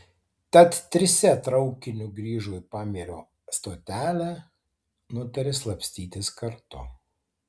tad trise traukiniu grįžo į pamierio stotelę nutarė slapstytis kartu